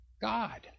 God